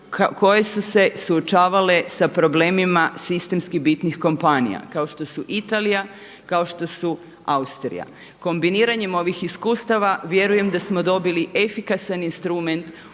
koje su se suočavale sa problemima sistemskih bitnih kompanija, kao što su Italija, kao što su Austrija. Kombiniranjem ovih iskustava vjerujem da smo dobili efikasan instrument